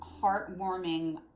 heartwarming